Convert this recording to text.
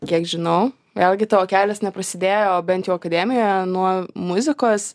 kiek žinau vėlgi tavo kelias neprasidėjo bent jau akademijoje nuo muzikos